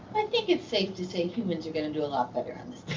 i think it's safe to say, humans are going to do a lot better on